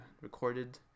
recorded